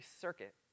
circuit